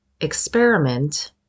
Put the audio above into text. experiment